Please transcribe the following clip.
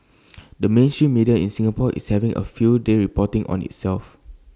the mainstream media in Singapore is having A field day reporting on itself